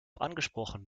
angesprochen